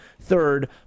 Third